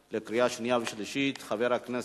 (הרחבת תפקידי הרשות לעניין שימוש לרעה באלכוהול),